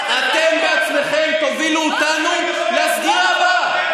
אתם בעצמכם תובילו אותנו לסגירה הבאה.